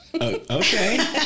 Okay